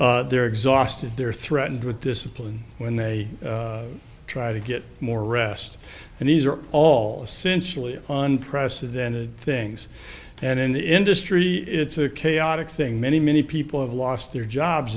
trains they're exhausted they're threatened with discipline when they try to get more rest and these are all sincerely on precedented things and in the industry it's a chaotic thing many many people have lost their jobs